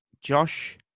Josh